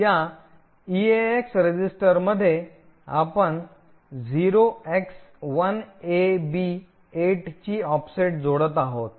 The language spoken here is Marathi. या ईएएक्स रजिस्टरमध्ये आपण 0x1AB8 ची ऑफसेट जोडत आहोत